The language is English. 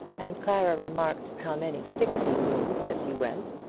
and clara remarked how many sticks he moved as he went,